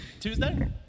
Tuesday